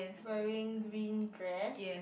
wearing green dress